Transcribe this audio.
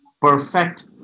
perfect